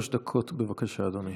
שלוש דקות, בבקשה, אדוני.